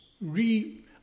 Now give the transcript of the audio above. re